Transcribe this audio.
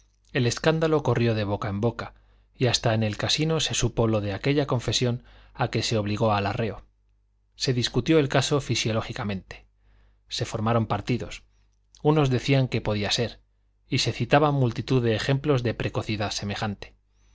el escándalo corrió de boca en boca y hasta en el casino se supo lo de aquella confesión a que se obligó a la reo se discutió el caso fisiológicamente se formaron partidos unos decían que bien podía ser y se citaban multitud de ejemplos de precocidad semejante